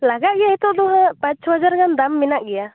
ᱞᱟᱜᱟᱜ ᱜᱮᱭᱟ ᱱᱤᱛᱚᱜ ᱫᱚ ᱦᱟᱜ ᱯᱟᱸᱪ ᱪᱷᱚ ᱦᱟᱡᱟᱨ ᱜᱟᱱ ᱫᱟᱢ ᱢᱮᱱᱟᱜ ᱜᱮᱭᱟ